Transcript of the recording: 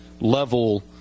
level